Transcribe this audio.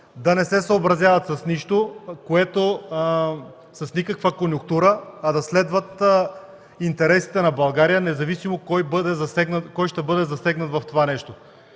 да не се съобразяват с нищо, с никаква конюнктура, а да следват интересите на България, независимо кой ще бъде засегнат в това.